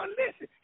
listen